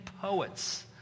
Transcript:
poets